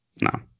no